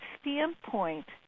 standpoint